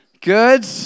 Good